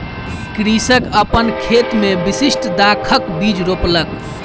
कृषक अपन खेत मे विशिष्ठ दाखक बीज रोपलक